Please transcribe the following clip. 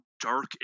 dark